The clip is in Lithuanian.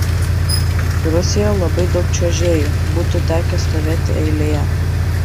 rusijoje labai daug čiuožėjų būtų tekę stovėti eilėje